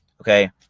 okay